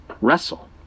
wrestle